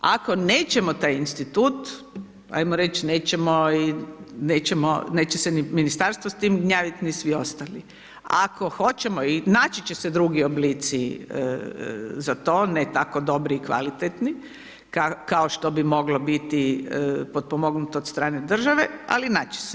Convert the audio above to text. Ako nećemo taj institut, ajmo reći nećemo, nećemo, neće se ni ministarstvo s time gnjaviti ni svi ostali, ako hoćemo i naći će se drugi oblici za to, ne tako dobri i kvalitetni kao što bi moglo biti potpomognuto od strane države ali naći će se.